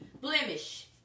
Blemish